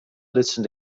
lutsen